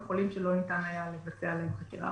וחולים שלא ניתן היה לבצע עליהם חקירה.